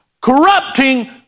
corrupting